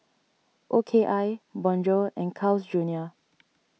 O K I Bonjour and Carl's Junior